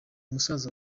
musaza